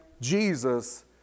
Jesus